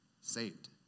saved